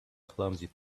clumsy